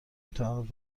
میتواند